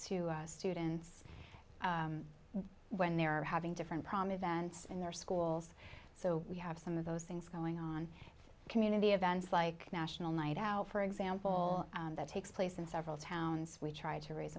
to students when they're having different prom events in their schools so we have some of those things going on community events like national night out for example that takes place in several towns we try to raise